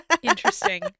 Interesting